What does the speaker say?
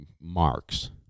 marks